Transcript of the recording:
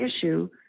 issue